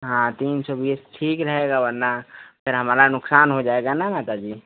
हाँ तीन सौ बीस ठीक रहेगा वरना फिर हमारा नुक़सान हो जाएगा ना माता जी